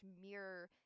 mirror